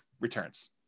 returns